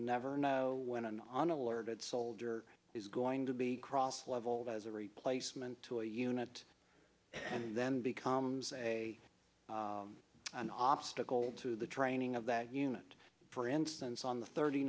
never know when an on alerted soldier is going to be cross leveled as a replacement to a unit and then becomes a an obstacle to the training of that unit for instance on the thirty